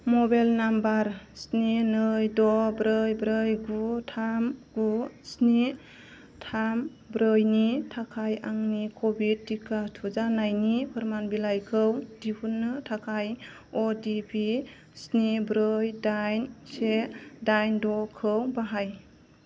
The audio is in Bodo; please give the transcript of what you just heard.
मबाइल नाम्बार स्नि नै द' ब्रै ब्रै गु थाम गु स्नि थाम ब्रैनि थाखाय आंनि क'भिड टिका थुजानायनि फोरमालाइखौ दिहुननो थाखाय अ टि पि स्नि ब्रै दाइन से दाइन द'खौ बाहाय